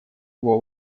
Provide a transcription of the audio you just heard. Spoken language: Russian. его